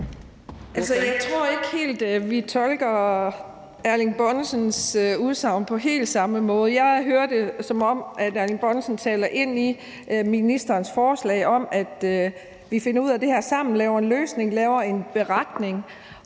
jeg tror ikke helt, vi tolker hr. Erling Bonnesens udsagn på helt samme måde. Jeg hører det, som om hr. Erling Bonnesen taler ind i ministerens forslag om, at vi finder ud af det her sammen og laver en løsning, laver en beretning,